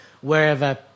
wherever